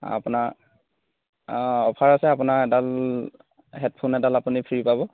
আপোনাৰ অফাৰ আছে আপোনাৰ এডাল হেডফোন এডাল আপুনি ফ্ৰী পাব